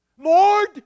Lord